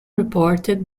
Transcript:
reported